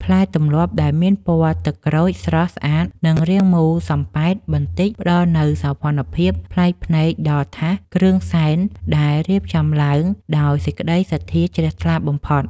ផ្លែទម្លាប់ដែលមានពណ៌ទឹកក្រូចស្រស់ស្អាតនិងរាងមូលសំប៉ែតបន្តិចផ្តល់នូវសោភ័ណភាពប្លែកភ្នែកដល់ថាសគ្រឿងសែនដែលរៀបចំឡើងដោយសេចក្តីសទ្ធាជ្រះថ្លាបំផុត។